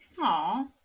Aw